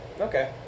okay